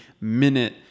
minute